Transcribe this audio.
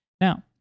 Now